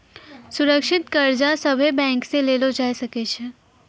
सुरक्षित कर्ज सभे बैंक से लेलो जाय सकै छै